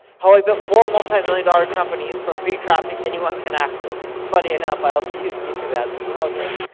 how i built four multi-million dollar companies from free traffic, anyone can access. funny enough, i also use youtube ads to promote this.